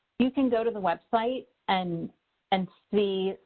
you can go to the website and and see,